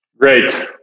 Great